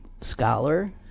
scholar